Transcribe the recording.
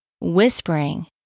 whispering